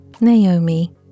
naomi